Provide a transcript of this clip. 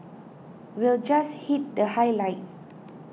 we'll just hit the highlights